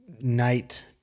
night